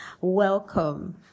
welcome